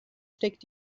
steckt